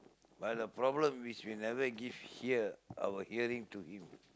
but the problem is we never give hear our hearing to him